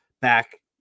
back